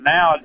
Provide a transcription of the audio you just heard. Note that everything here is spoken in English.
Now